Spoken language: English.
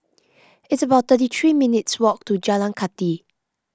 it's about thirty three minutes' walk to Jalan Kathi